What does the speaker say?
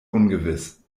ungewiss